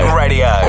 radio